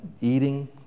eating